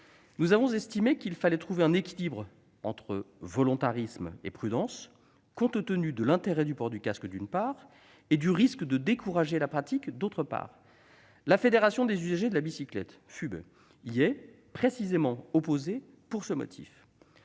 nous avons estimé qu'il fallait trouver un équilibre entre volontarisme et prudence, compte tenu de l'intérêt du port du casque, d'une part, et du risque de décourager la pratique, d'autre part. La Fédération française des usagers de la bicyclette (FUB) s'y oppose, pour ce motif